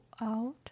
out